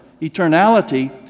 eternality